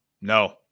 No